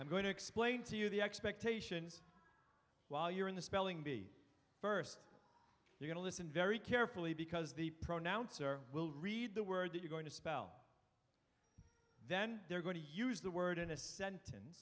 i'm going to explain to you the expectations while you're in the spelling bee first you're going to listen very carefully because the pronouns are will read the word that you're going to spell then they're going to use the word in a sentence